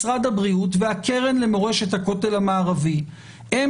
משרד הבריאות והקרן למורשת הכותל המערבי הם